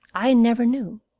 i never knew.